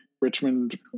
Richmond